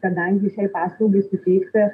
kadangi šiai paslaugai suteikti